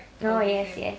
oh yes yes